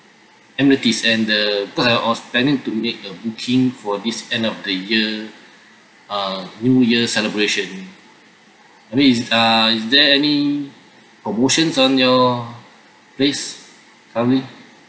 amenities and the cause I was trying to make a booking for this end of the year uh new year celebration I mean is uh is there any promotions on your place probably